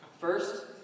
First